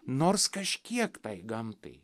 nors kažkiek tai gamtai